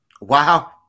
Wow